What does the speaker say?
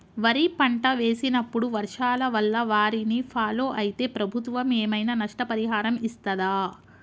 వరి పంట వేసినప్పుడు వర్షాల వల్ల వారిని ఫాలో అయితే ప్రభుత్వం ఏమైనా నష్టపరిహారం ఇస్తదా?